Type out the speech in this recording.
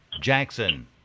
Jackson